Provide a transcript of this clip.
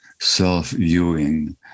self-viewing